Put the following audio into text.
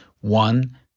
one